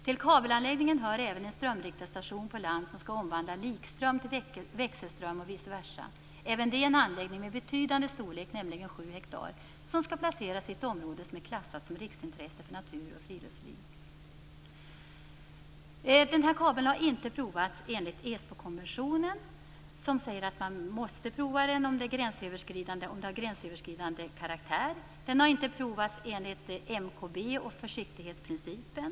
Till kabelanläggningen hör även en strömriktarstation på land som skall omvandla likström till växelström och viceversa. Även det en anläggning med betydande storlek, nämligen 7 ha, som skall placeras i ett område som är klassat som riksintresse för natur och friluftsliv. Kabeln har inte prövats enligt Esbokonventionen, som säger att man måste pröva den om det har gränsöverskridande karaktär. Den har inte prövats enligt MKB och försiktighetsprincipen.